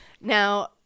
Now